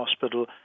Hospital